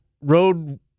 road